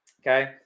Okay